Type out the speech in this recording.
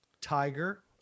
Tiger